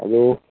ꯑꯗꯨ